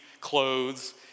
clothes